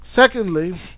Secondly